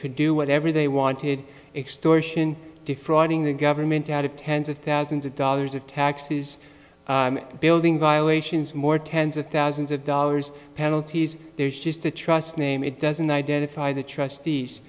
could do whatever they wanted extortion defrauding the government out of tens of thousands of dollars of taxes building violations more tens of thousands of dollars penalties there's just a trust name it doesn't identify the trustees the